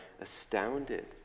astounded